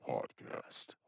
Podcast